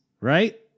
right